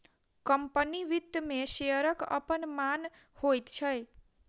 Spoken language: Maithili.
कम्पनी वित्त मे शेयरक अपन मान होइत छै